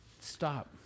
Stop